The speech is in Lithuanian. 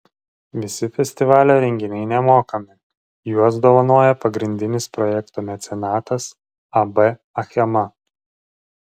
visi festivalio renginiai nemokami juos dovanoja pagrindinis projekto mecenatas ab achema